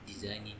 designing